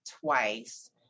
twice